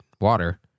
water